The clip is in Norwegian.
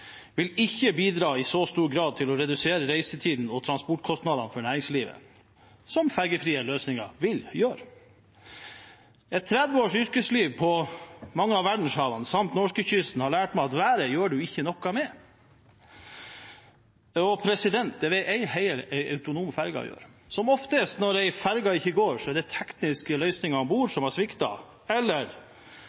vil ikke i så stor grad bidra til å redusere reisetiden og transportkostnadene for næringslivet som ferjefrie løsninger vil gjøre. Et 30 års yrkesliv på mange av verdenshavene, samt norskekysten, har lært meg at været gjør man ikke noe med, det vil ei heller en autonom ferje gjøre. Som oftest når en ferje ikke går, er det tekniske løsninger om bord som har sviktet, eller